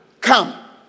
come